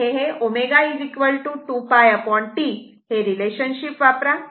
ω 2πT हे रिलेशनशिप वापरा